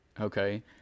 Okay